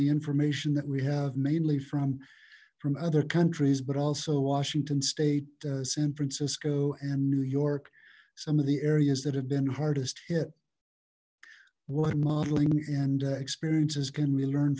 the information that we have mainly from from other countries but also washington state san francisco and new york some of the areas that have been hardest hit what modeling and experiences can we learn